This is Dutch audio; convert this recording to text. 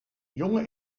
jonge